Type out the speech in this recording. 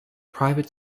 private